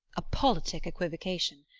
a politic equivocation!